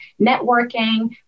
networking